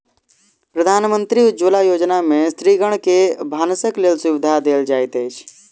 प्रधानमंत्री उज्ज्वला योजना में स्त्रीगण के भानसक लेल सुविधा देल जाइत अछि